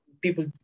people